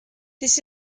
this